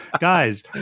guys